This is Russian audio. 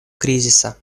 кризиса